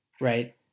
Right